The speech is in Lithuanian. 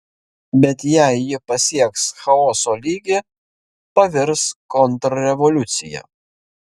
bet jei ji pasieks chaoso lygį pavirs kontrrevoliucija